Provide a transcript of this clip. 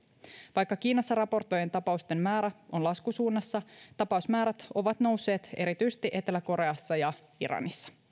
vaikka kiinassa raportoitujen tapausten määrä on laskusuunnassa tapausmäärät ovat nousseet erityisesti etelä koreassa ja ja iranissa